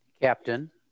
Captain